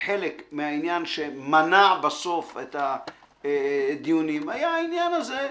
חלק מהעניין שמנע בסוף את הדיונים היה העניין הזה.